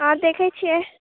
आहाँ देखै छियै